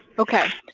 okay,